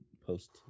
post